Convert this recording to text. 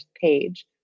page